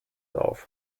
auf